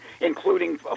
including